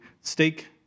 steak